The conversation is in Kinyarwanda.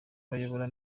bayobora